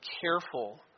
careful